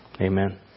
Amen